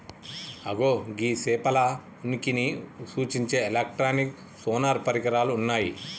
అగో గీ సేపల ఉనికిని సూచించే ఎలక్ట్రానిక్ సోనార్ పరికరాలు ఉన్నయ్యి